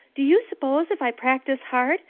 do you s'pose, if i practice hard,